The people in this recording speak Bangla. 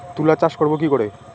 তুলা চাষ করব কি করে?